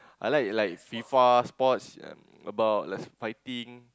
I like like FIFA sports um about like fighting